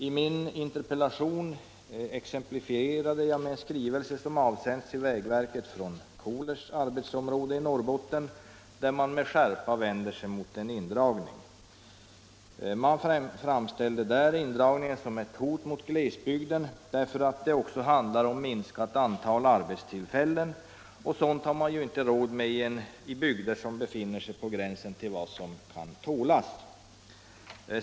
I min interpellation exemplifierade jag med den skrivelse som avsänts till vägverket från Kolers arbetsområde i Norrbotten och i vilken man med skärpa vände sig emot en indragning av arbetsområdet. Man framställde där en indragning som ett hot mot glesbygden, därför att en sådan också medför ett minskat antal arbetstillfällen, och det har man inte råd med i bygder som redan befinner sig på gränsen till vad som kan tålas.